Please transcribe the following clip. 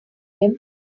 him